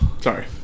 Sorry